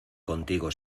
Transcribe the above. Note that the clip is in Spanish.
contigo